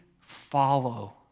follow